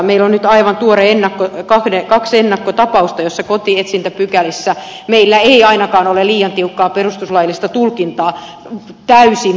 meillä on nyt kaksi aivan tuoretta ennakkotapausta ja niiden perusteella meillä ei ole kotietsintäpykälissä ainakaan liian tiukkaa perustuslaillista tulkintaa täysin päinvastoin